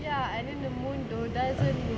ya and the moon don't doesn't know